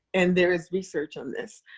and there is research on this,